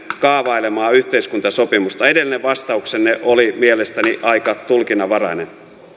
kaavailemaa yhteiskuntasopimusta edellinen vastauksenne oli mielestäni aika tulkinnanvarainen